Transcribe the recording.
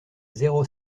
zéro